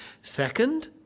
Second